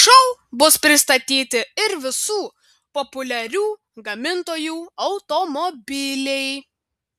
šou bus pristatyti ir visų populiarių gamintojų automobiliai